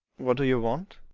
what do you want?